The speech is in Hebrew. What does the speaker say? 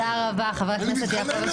תודה רבה, תם הזמן.